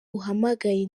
uhamagaye